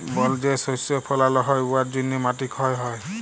বল যে শস্য ফলাল হ্যয় উয়ার জ্যনহে মাটি ক্ষয় হ্যয়